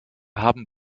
haben